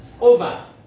Over